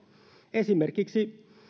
esimerkiksi